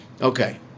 Okay